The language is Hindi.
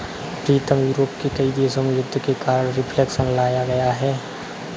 प्रीतम यूरोप के कई देशों में युद्ध के कारण रिफ्लेक्शन लाया गया है